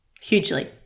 hugely